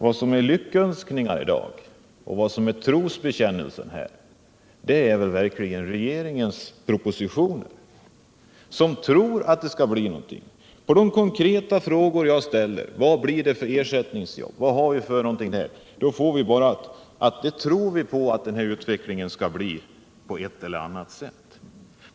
Vad som är lyckönskningar i dag och vad som är trosbekännelsen här är verkligen regeringens propositioner — man tror att det skall bli någonting. På mina konkreta frågor om vad det blir för ersättningsjobb får vi höra att man tror att utvecklingen skall bli bra på ett eller annat sätt.